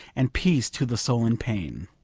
and peace to the soul in pain.